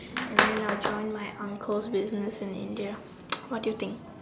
and then I'll join my uncle's business in India what do you think